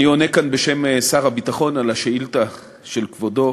אני עונה כאן בשם שר הביטחון על השאילתה של כבודו,